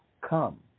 Come